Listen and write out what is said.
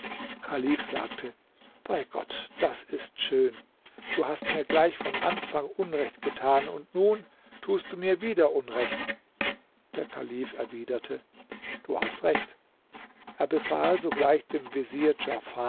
sagte bei gott das ist schön du hast mir gleich von anfang unrecht getan und nun tust du mir wieder unrecht der kalif erwiderte du hast recht er befahl sogleich dem vezier